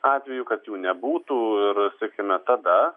atvejų kad jų nebūtų ir sakykime tada